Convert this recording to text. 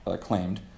claimed